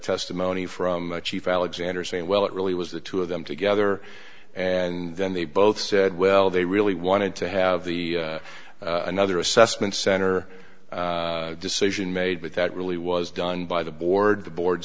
testimony from the chief alexander saying well it really was the two of them together and then they both said well they really wanted to have the another assessment center decision made but that really was done by the board the board